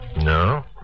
No